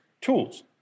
tools